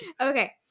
Okay